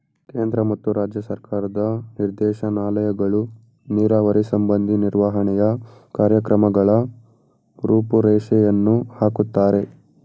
ಕೇಂದ್ರ ಮತ್ತು ರಾಜ್ಯ ಸರ್ಕಾರದ ನಿರ್ದೇಶನಾಲಯಗಳು ನೀರಾವರಿ ಸಂಬಂಧಿ ನಿರ್ವಹಣೆಯ ಕಾರ್ಯಕ್ರಮಗಳ ರೂಪುರೇಷೆಯನ್ನು ಹಾಕುತ್ತಾರೆ